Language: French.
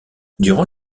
durant